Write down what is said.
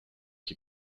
qui